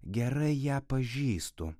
gerai ją pažįstu